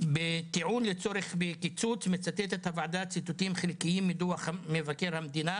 בטיעון לצורך הקיצוץ מצטטת הוועדה ציטוטים חלקיים מדו"ח מבקר המדינה